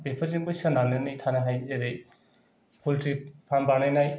बेफोरजोंबो सोनारनानै थानो हायो जेरै पलट्रि फार्म बानायनाय